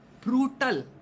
Brutal